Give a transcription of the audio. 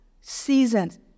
seasons